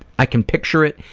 i can picture it,